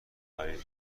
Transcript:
خرید